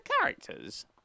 characters